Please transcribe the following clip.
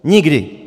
Nikdy!